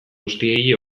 guztiei